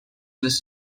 les